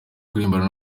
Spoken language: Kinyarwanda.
kuririmbana